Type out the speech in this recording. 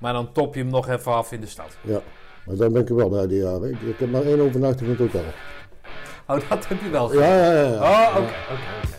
Maar dan top je hem nog even af in de stad. Ja, maar dan ben ik er wel bij die jaren. Uh, ik- ik heb maar één overnachting in het hotel. Oh, dat heb je wel gezien. Ja, ja, ja, ja. Oh, oké, Ja. oké, oké.